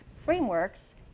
frameworks